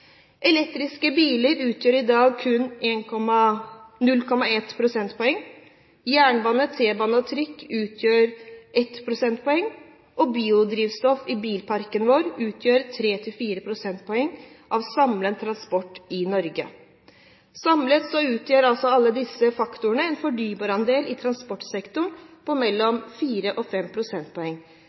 Elektriske biler utgjør i dag kun 0,1 prosentpoeng, jernbane, T-bane og trikk utgjør 1 prosentpoeng, og biler som går på biodrivstoff, utgjør 3–4 prosentpoeng av samlet transport i Norge. Samlet utgjør alle disse faktorene en fornybarandel i transportsektoren på mellom 4 og 5 prosentpoeng.